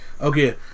Okay